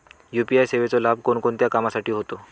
UPI सेवेचा लाभ कोणकोणत्या कामासाठी होतो?